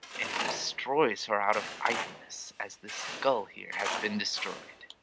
and he destroys her out of idleness, as this gull here has been destroyed.